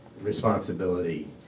responsibility